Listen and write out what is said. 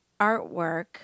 artwork